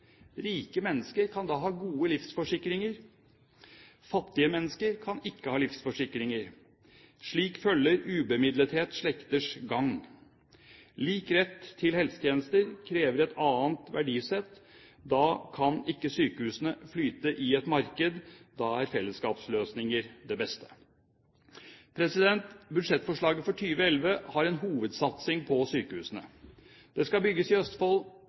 Rike mennesker kan da ha gode livsforsikringer. Fattige mennesker kan ikke ha livsforsikringer. Slik følger ubemidlethet slekters gang. Lik rett til helsetjenester krever et annet verdisett. Da kan ikke sykehusene flyte i et marked. Da er fellesskapsløsninger det beste. Budsjettforslaget for 2011 har en hovedsatsing på sykehusene. Det skal bygges i Østfold,